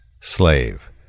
slave